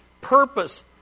purpose